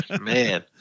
man